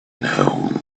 now